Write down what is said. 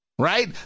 right